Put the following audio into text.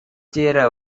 சேர